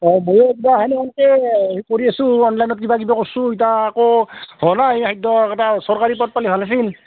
অঁ ময়ো কিবা সেনেহেনকৈ কৰি আছো অনলাইনত কিবাকিবি কৰছোঁ ইতা আকৌ হোৱা নাই এই ধৰক এটা চৰকাৰী পদ পালে ভাল আছিল